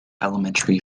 elementary